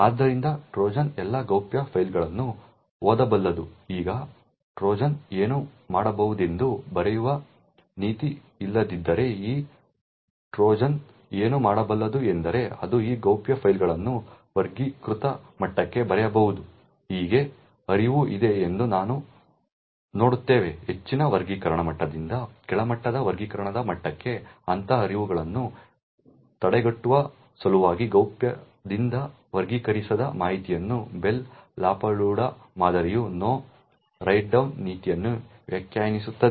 ಆದ್ದರಿಂದ ಟ್ರೋಜನ್ ಎಲ್ಲಾ ಗೌಪ್ಯ ಫೈಲ್ಗಳನ್ನು ಓದಬಲ್ಲದು ಈಗ ಟ್ರೋಜನ್ ಏನು ಮಾಡಬಹುದೆಂದು ಬರೆಯುವ ನೀತಿ ಇಲ್ಲದಿದ್ದರೆ ಈ ಟ್ರೋಜನ್ ಏನು ಮಾಡಬಲ್ಲದು ಎಂದರೆ ಅದು ಈ ಗೌಪ್ಯ ಫೈಲ್ಗಳನ್ನು ವರ್ಗೀಕೃತ ಮಟ್ಟಕ್ಕೆ ಬರೆಯಬಹುದು ಹೀಗೆ ಹರಿವು ಇದೆ ಎಂದು ನಾವು ನೋಡುತ್ತೇವೆ ಹೆಚ್ಚಿನ ವರ್ಗೀಕರಣ ಮಟ್ಟದಿಂದ ಕೆಳಮಟ್ಟದ ವರ್ಗೀಕರಣದ ಮಟ್ಟಕ್ಕೆ ಅಂತಹ ಹರಿವುಗಳನ್ನು ತಡೆಗಟ್ಟುವ ಸಲುವಾಗಿ ಗೌಪ್ಯದಿಂದ ವರ್ಗೀಕರಿಸದ ಮಾಹಿತಿಯನ್ನು ಬೆಲ್ ಲಾಪಡುಲಾ ಮಾದರಿಯು ನೋ ರೈಟ್ ಡೌನ್ ನೀತಿಯನ್ನು ವ್ಯಾಖ್ಯಾನಿಸುತ್ತದೆ